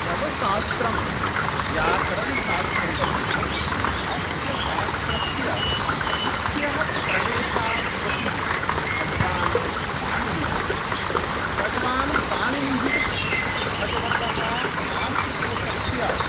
मम शास्त्रं व्याकरणशास्त्रं वर्तते अस्य शास्त्रस्य मुख्यः प्रणेता भवति भगवान् पाणिनिः भगवान् पाणिनिः भगवतः आशुतोषस्य